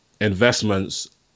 investments